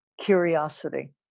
curiosity